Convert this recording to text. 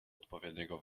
odpowiedniego